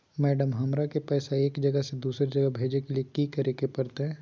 Madam, हमरा के पैसा एक जगह से दुसर जगह भेजे के लिए की की करे परते?